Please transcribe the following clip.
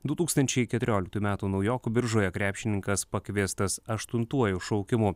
du tūkstančiai keturioliktųjų metų naujokų biržoje krepšininkas pakviestas aštuntuoju šaukimu